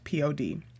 pod